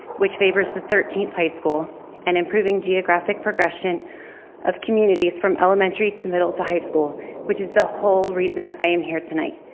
which favors the thirteenth high school and improving geographic progression of communities from elementary to middle to high school which is the whole reason that i am here tonight.